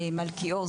מלכיאור,